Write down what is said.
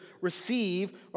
receive